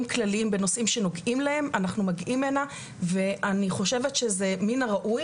כלליים בנושאים שנוגעים להם אנחנו מגיעים הנה ואני חושבת שזה מן הראוי